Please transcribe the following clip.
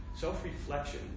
Self-reflection